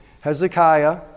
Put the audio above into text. Hezekiah